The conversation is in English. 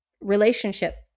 relationship